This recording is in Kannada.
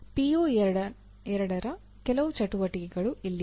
ಪಿಒ 2 ನ ಕೆಲವು ಚಟುವಟಿಕೆಗಳು ಇಲ್ಲಿವೆ